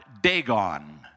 Dagon